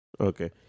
Okay